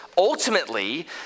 Ultimately